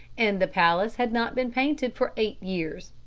and the palace had not been painted for eight years.